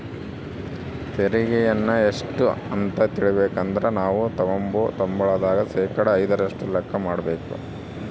ತೆರಿಗೆಯನ್ನ ಎಷ್ಟು ಅಂತ ತಿಳಿಬೇಕಂದ್ರ ನಾವು ತಗಂಬೋ ಸಂಬಳದಾಗ ಶೇಕಡಾ ಐದರಷ್ಟು ಲೆಕ್ಕ ಮಾಡಕಬೇಕು